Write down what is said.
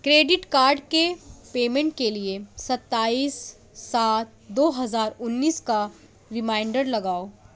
credit card کے payment کے لیے ستائیس سات دو ہزار انیس کا ریمائنڈر لگاؤ